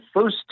first